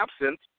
absence